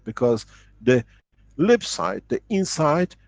because the lip side, the inside,